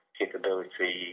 capability